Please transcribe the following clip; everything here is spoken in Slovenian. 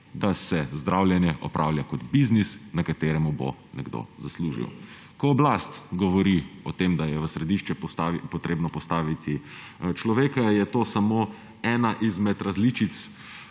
da se zdravljenje opravlja kot biznis, na katerem bo nekdo zaslužil. Ko oblast govori o tem, da je v središče treba postaviti človeka, je to samo ena izmed različic